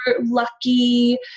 lucky